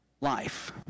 life